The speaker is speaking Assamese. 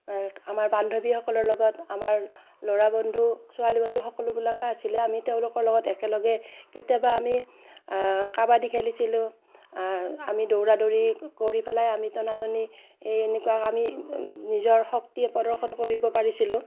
আমাৰ বান্ধৱীসকলৰ লগত আমাৰ ল'ৰা বন্ধু ছোৱালী বন্ধু সকলোবিলাকে আছিলে আমি তেওঁলোকৰ লগত একেলগে কেতিয়াবা আমি কাবাডী খেলিছিলোঁ আমি দৌৰা দৌৰি কৰি পেলাই আমি টনা টনি এই এনেকুৱাক আমি নিজৰ শক্তিয়ে প্ৰদৰ্শন কৰিব পাৰিছিলোঁ